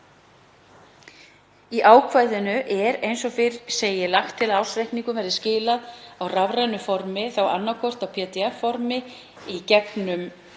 Í ákvæðinu er, eins og fyrr segir, lagt til að ársreikningum verði skilað á rafrænu formi, þá annaðhvort á pdf-formi í gegnum